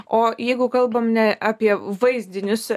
o jeigu kalbam ne apie vaizdinius